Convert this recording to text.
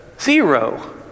Zero